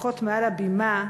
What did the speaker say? לפחות מעל הבימה,